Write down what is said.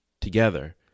together